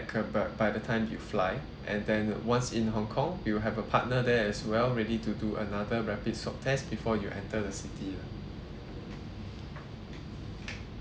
about by the time you fly and then once in hong kong we will have a partner there as well ready to do another rapid swab test before you enter the city ah